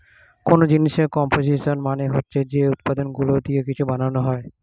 কোন জিনিসের কম্পোসিশন মানে হচ্ছে যে উপাদানগুলো দিয়ে কিছু বানানো হয়